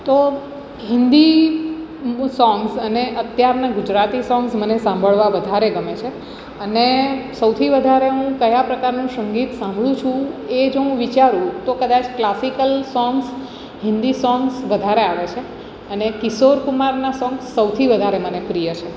તો હિન્દી મૂળ સોંગ્સ અને અત્યારનાં ગુજરાતી સોંગ્સ મને સાંભળવાં વધારે ગમે છે અને સૌથી વધારે હું કયા પ્રકારનું સંગીત સાંભળું છું એ જો હું વિચારું તો કદાચ ક્લાસિકલ સોંગ્સ હિન્દી સોંગ્સ વધારે આવે છે અને કિશોર કુમારનાં સોંગ્સ સૌથી વધારે મને પ્રિય છે